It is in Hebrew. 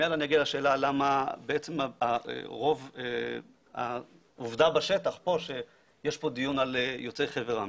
מיד אני אגיע לשאלה למה העובדה בשטח פה שיש פה דיון על יוצאי חבר העמים.